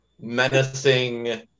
menacing